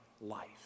life